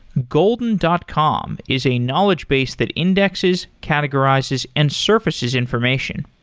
golden dot com is a knowledge base that indexes, categorizes and surfaces information.